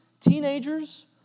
teenagers